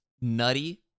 nutty